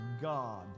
God